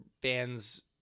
bands